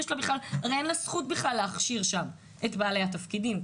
הרי אין לה זכות בכלל להכשיר שם את בעלי התפקידים.